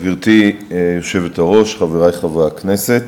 גברתי היושבת-ראש, חברי חברי הכנסת,